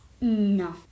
No